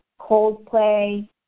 Coldplay